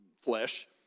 flesh